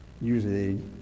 Usually